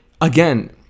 again